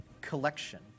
collection